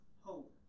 hope